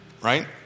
Right